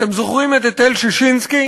אתם זוכרים את היטל ששינסקי,